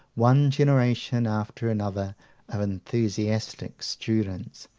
one generation after another of enthusiastic students.